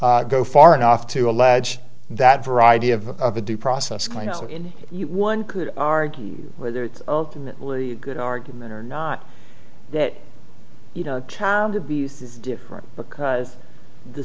go far enough to allege that variety of of a due process going all in one could argue whether it's ultimately a good argument or not that you know child abuse is different because the